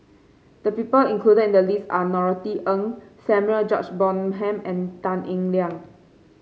the people included in the list are Norothy Ng Samuel George Bonham and Tan Eng Liang